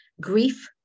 grief